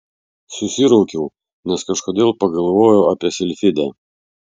susiraukiau nes kažkodėl pagalvojau apie silfidę